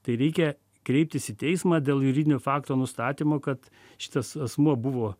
tai reikia kreiptis į teismą dėl juridinio fakto nustatymo kad šitas asmuo buvo